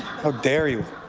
how dare you!